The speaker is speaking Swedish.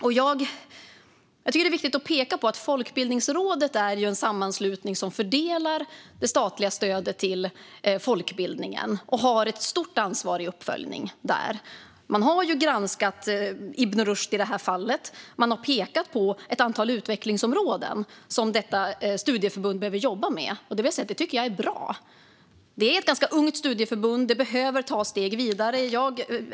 Jag tycker att det är viktigt att peka på att Folkbildningsrådet är en sammanslutning som fördelar det statliga stödet till folkbildningen och har ett stort ansvar för uppföljningen. Man har granskat Ibn Rushd i det här fallet. Man har pekat på ett antal utvecklingsområden som detta studieförbund behöver jobba med. Det tycker jag är bra. Det är ett ganska ungt studieförbund som behöver ta steg vidare.